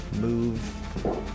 move